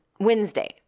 Wednesday